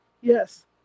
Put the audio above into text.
Yes